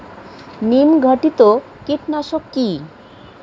নিম ঘটিত কীটনাশক কি?